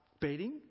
beating